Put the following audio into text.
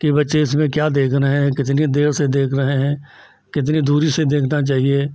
कि बच्चे इसमें क्या देख रहे हैं कितनी देर से देख रहे हैं कितनी दूरी से देखना चाहिए